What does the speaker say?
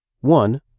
One